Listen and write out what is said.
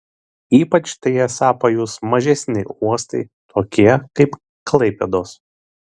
ypač tai esą pajus mažesni uostai tokie kaip klaipėdos